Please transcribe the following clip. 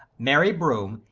mary broome,